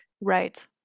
Right